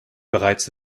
bereits